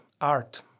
art